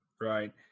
right